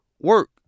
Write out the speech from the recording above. work